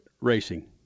racing